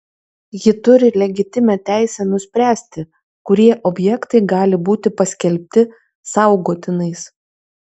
ji turi legitimią teisę nuspręsti kurie objektai gali būti paskelbti saugotinais